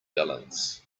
balance